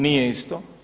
Nije isto.